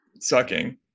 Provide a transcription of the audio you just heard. sucking